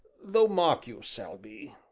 though mark you, selby,